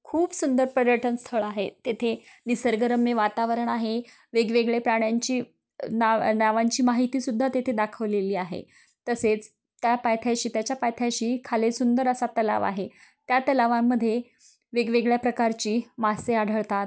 खूप सुंदर पर्यटन स्थळ आहे तेथे निसर्गरम्य वातावरण आहे वेगवेगळे प्राण्यांची नाव नावांची माहितीसुद्धा तेथे दाखवलेली आहे तसेच त्या पायथ्याशी त्याच्या पायथ्याशी खाली सुंदर असा तलाव आहे त्या तलावांमध्ये वेगवेगळ्या प्रकारची मासे आढळतात